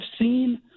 seen